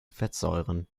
fettsäuren